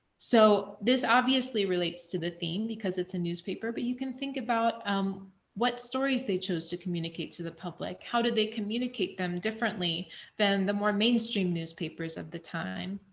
so, this obviously relates to the theme because it's a newspaper, but you can think about um what stories they chose to communicate to the public. how do they communicate them differently than the more mainstream newspapers of the time?